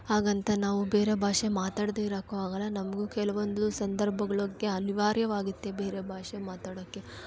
ಹಾಗಂತ ನಾವು ಬೇರೆ ಭಾಷೆ ಮಾತಾಡದೇ ಇರಕ್ಕೂ ಆಗಲ್ಲ ನಮಗೂ ಕೆಲವೊಂದು ಸಂದರ್ಭಗಳುಕ್ಕೆ ಅನಿವಾರ್ಯವಾಗುತ್ತೆ ಬೇರೆ ಭಾಷೆ ಮಾತಾಡೋಕ್ಕೆ